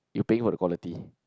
you paying for the quality